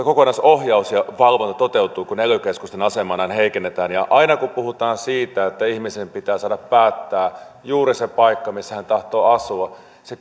kokonaisohjaus ja valvonta toteutuu kun ely keskusten asemaa näin heikennetään aina kun puhutaan siitä että ihmisen pitää saada päättää juuri se paikka missä hän tahtoo asua niin se